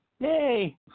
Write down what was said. Yay